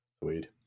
Weird